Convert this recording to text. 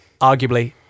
arguably